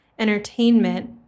entertainment